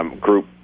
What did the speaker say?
group